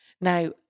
Now